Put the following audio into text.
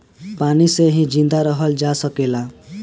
पानी से ही जिंदा रहल जा सकेला